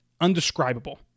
undescribable